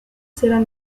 serán